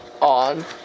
on